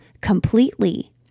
completely